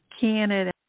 Canada